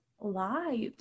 lives